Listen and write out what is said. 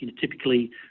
typically